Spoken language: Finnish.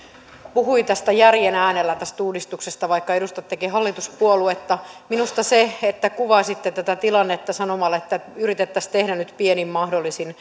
puhui järjen äänellä tästä uudistuksesta vaikka edustattekin hallituspuoluetta että kuvasitte tätä tilannetta sanomalla että yritettäisiin tehdä nyt pienimmin mahdollisin